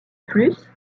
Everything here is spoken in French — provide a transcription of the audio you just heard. plus